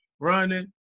running